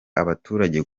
abaturage